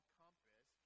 compass